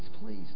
please